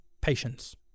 Patience